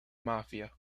mafia